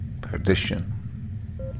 perdition